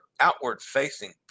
outward-facing